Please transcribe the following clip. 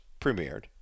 premiered